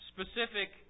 specific